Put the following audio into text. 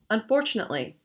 Unfortunately